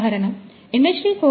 industry 4